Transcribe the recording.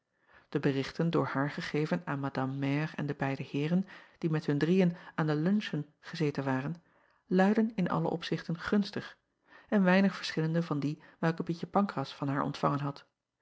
e berichten door haar gegeven aan madame mère en de beide eeren die met hun drieën aan den luncheon gezeten waren luidden in alle opzichten gunstig en weinig verschillende van die welke ietje ancras van haar ontvangen had